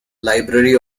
library